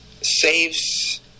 saves